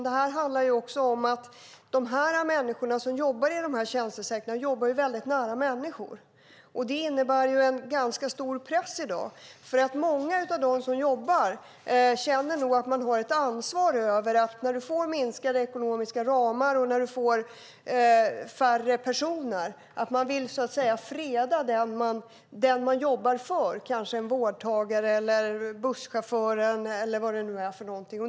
De människor som jobbar i den här tjänstesektorn jobbar väldigt nära människor. Det innebär en ganska stor press i dag, för många av dem som jobbar känner nog att de har ett ansvar att vid minskade ekonomiska ramar och med färre personer freda den man jobbar för, en vårdtagare, en busschaufför eller vad det kan vara.